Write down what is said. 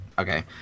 Okay